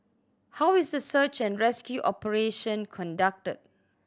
how is the search and rescue operation conducted